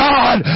God